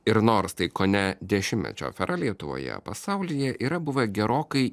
ir nors tai kone dešimtmečio afera lietuvoje pasaulyje yra buvę gerokai